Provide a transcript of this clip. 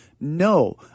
No